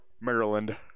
Maryland